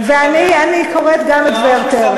אני קוראת גם את ורטר.